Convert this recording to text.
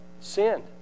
sinned